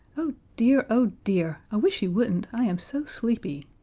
oh dear, oh dear, i wish he wouldn't, i am so sleepy.